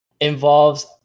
involves